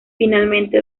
finalmente